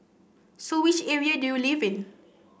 so which area do you live in